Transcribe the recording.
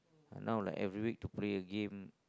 but now like every week to play a game